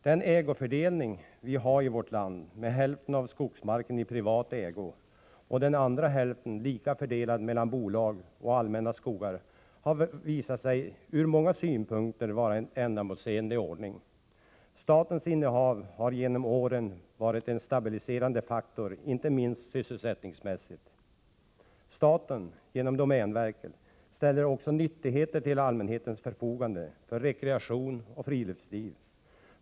Den ägofördelning vi har i vårt land, med hälften av skogsmarken i privat ägo och den andra hälften lika fördelad mellan bolag och allmänna skogar, har visat sig vara en ur många synpunkter ändamålsenlig ordning. Statens innehav har genom åren varit en stabiliserande faktor, inte minst sysselsättningsmässigt. Staten, genom domänverket, ställer också nyttigheter till allmänhetens förfogande för rekreation och friluftsliv.